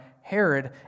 Herod